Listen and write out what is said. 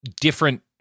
different